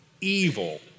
evil